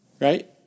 right